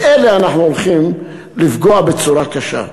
באלה אנחנו הולכים לפגוע בצורה קשה.